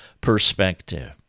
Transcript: perspective